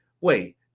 wait